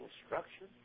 instruction